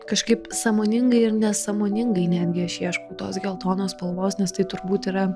kažkaip sąmoningai ir nesąmoningai netgi aš ieškau tos geltonos spalvos nes tai turbūt yra